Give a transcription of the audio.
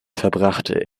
verbrachte